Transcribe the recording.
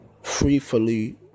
freely